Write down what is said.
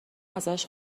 ازش